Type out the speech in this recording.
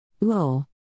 Lol